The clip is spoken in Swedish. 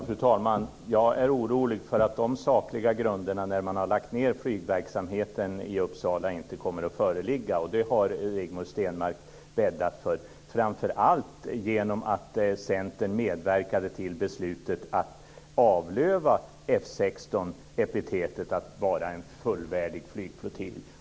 Fru talman! Jag är orolig för att de sakliga grunderna när man har lagt ned flygverksamheten i Uppsala inte kommer att föreligga. Det har Rigmor Stenmark bäddat för framför allt genom att Centern medverkade till beslutet att avlöva F 16 epitetet att vara en fullvärdig flygflottilj.